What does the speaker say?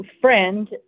friend